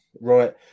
right